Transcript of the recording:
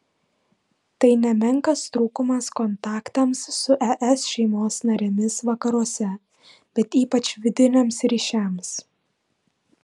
tai nemenkas trūkumas kontaktams su es šeimos narėmis vakaruose bet ypač vidiniams ryšiams